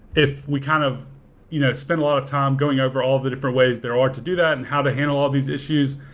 if we kind of you know spend a lot of time going overall the different ways there are to do that and how to handle all these issues,